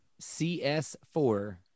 CS4